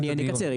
אני אקצר.